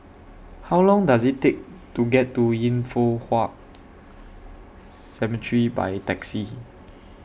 How Long Does IT Take to get to Yin Foh Cemetery By Taxi